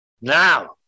Now